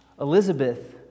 Elizabeth